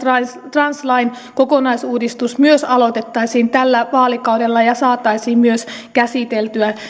translain kokonaisuudistus myös aloitettaisiin tällä vaalikaudella ja saataisiin myös käsiteltyä